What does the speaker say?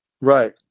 right